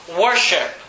worship